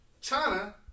China